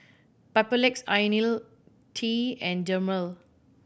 Papulex Ionil T and Dermale